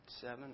seven